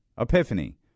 epiphany